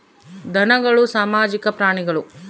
ಧನಗಳು ಸಾಮಾಜಿಕ ಪ್ರಾಣಿಗಳು